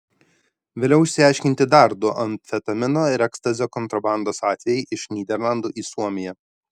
vėliau išaiškinti dar du amfetamino ir ekstazio kontrabandos atvejai iš nyderlandų į suomiją